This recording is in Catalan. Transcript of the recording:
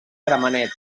gramenet